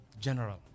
general